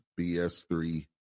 BS3